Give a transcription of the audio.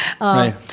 Right